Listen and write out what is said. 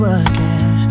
again